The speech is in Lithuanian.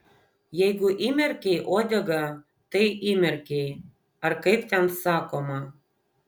jeigu įmerkei uodegą tai įmerkei ar kaip ten sakoma